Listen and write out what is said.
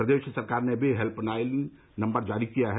प्रदेश सरकार ने भी हेल्पलाइन नम्बर जारी किया है